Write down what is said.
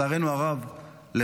לצערנו הרב.